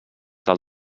del